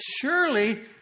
surely